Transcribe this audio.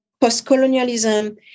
post-colonialism